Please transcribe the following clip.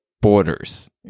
borders